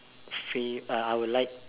pay uh I would like